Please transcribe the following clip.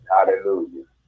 Hallelujah